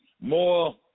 more